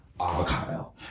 avocado